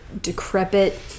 decrepit